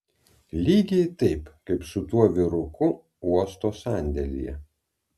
lygiai taip kaip su tuo vyruku uosto sandėlyje